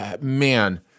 man